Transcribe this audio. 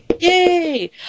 Yay